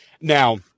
Now